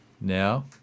now